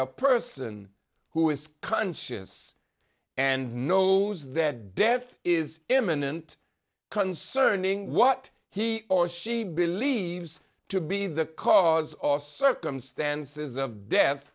a person who is conscious and knows that death is imminent concerning what he or she believes to be the cause or circumstances of death